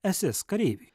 ss kareiviai